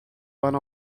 one